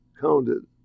counted